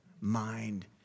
mind